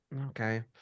okay